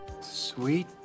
Sweet